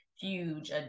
huge